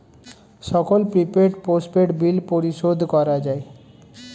সকল prepaid, postpaid bill পরিশোধ করা যায়